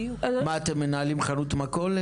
מה, אתם מנהלים חנות מכולת?